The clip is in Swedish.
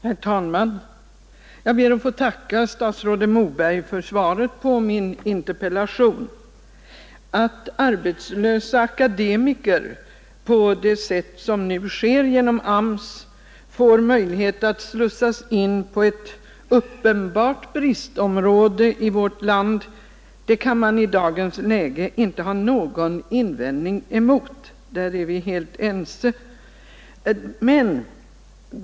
Herr talman! Jag ber att få tacka statsrådet Moberg för svaret på min interpellation. Att arbetslösa akademiker på sätt som nu skett genom arbetsmarknadsstyrelsens försorg får möjlighet att slussas in på ett uppenbart bristområde i vårt land kan man i dagens läge inte ha någon invändning emot. Där är vi alla ense.